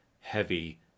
heavy